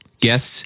guests